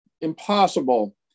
impossible